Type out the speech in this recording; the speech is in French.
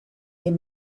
est